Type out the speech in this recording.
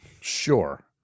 sure